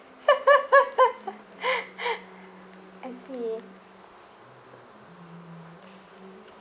I see